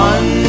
One